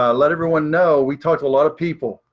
ah let everyone know we talked to a lot of people.